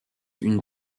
une